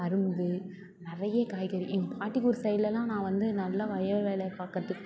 அரும்பு நிறைய காய்கறி எங்கள் பாட்டி ஊர் சைட்ல எல்லாம் நான் வந்து நல்லா வயல் வேலை பார்க்குறதுக்கு போவேன்